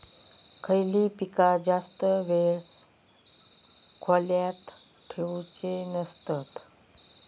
खयली पीका जास्त वेळ खोल्येत ठेवूचे नसतत?